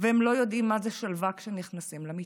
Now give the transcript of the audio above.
והם לא יודעים מה זה שלווה כשנכנסים למיטה.